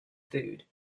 food